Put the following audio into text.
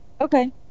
okay